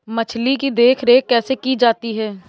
मछली की देखरेख कैसे की जाती है?